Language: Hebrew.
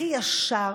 הכי ישר,